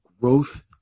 growth